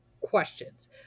questions